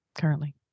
Currently